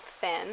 thin